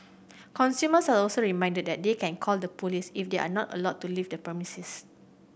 consumers are also reminded that they can call the police if they are not allowed to leave the premises